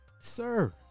Sir